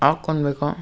ಹಾಕೊನ್ಬೇಕು